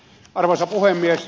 arvoisa puhemies